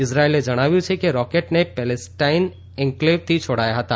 ઇઝરાયેલે જણાવ્યું છે કે રોકેટને પેલેસ્ટાઇન એન્કલેવથી છોડાયા હતા